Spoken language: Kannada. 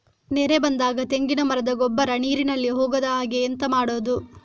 ನೆರೆ ಬಂದಾಗ ತೆಂಗಿನ ಮರದ ಗೊಬ್ಬರ ನೀರಿನಲ್ಲಿ ಹೋಗದ ಹಾಗೆ ಎಂತ ಮಾಡೋದು?